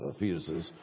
fetuses